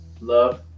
Love